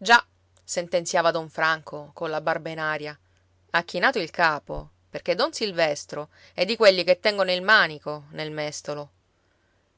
già sentenziava don franco colla barba in aria ha chinato il capo perché don silvestro è di quelli che tengono il manico nel mestolo